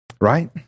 right